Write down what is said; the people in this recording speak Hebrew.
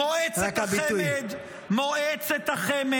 רק הביטוי --- מועצת החמ"ד,